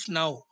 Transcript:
now